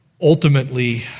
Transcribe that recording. Ultimately